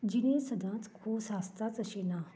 जिणएंत सदांच खोस आसताच अशीं ना